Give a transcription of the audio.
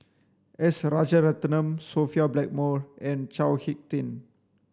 S Rajaratnam Sophia Blackmore and Chao Hick Tin